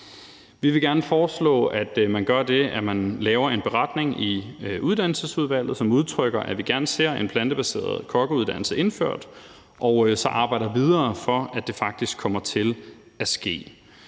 at man gør det, at man laver en beretning i Uddannelsesudvalget, som udtrykker, at vi gerne ser en plantebaseret kokkeuddannelse indført, og så arbejder videre for, at det faktisk kommer til at ske.